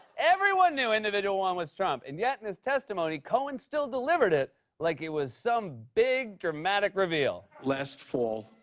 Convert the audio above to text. everyone knew individual one was trump. and yet in his testimony, cohen still delivered it like it was some big, dramatic reveal. last fall,